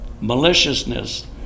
maliciousness